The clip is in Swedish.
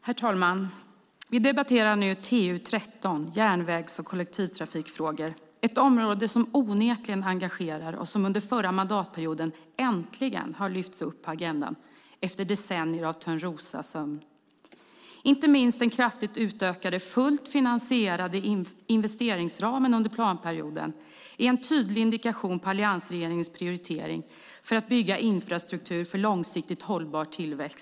Herr talman! Vi debatterar nu TU13, Järnvägs och kollektivtrafikfrågor . Det är ett område som onekligen engagerar och som under förra mandatperioden äntligen lyftes upp på agendan efter decennier av Törnrosasömn. Inte minst den kraftigt utökade, fullt finansierade investeringsramen under planperioden är en tydlig indikation på alliansregeringens prioritering för att bygga infrastruktur för långsiktigt hållbar tillväxt.